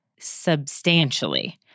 substantially